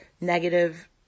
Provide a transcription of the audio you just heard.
negative